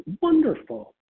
wonderful